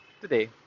today